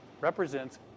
represents